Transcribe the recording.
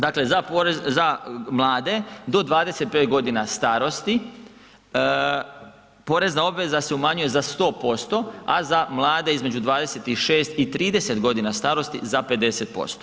Dakle, za mlade do 25 godina starosti porezna obveza se umanjuje za 100%, a za mlade između 26 i 30 godina starosti za 50%